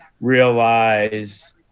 realize